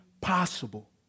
possible